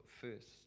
first